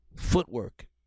Footwork